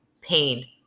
pain